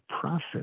process